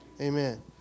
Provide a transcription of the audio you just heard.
Amen